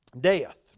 death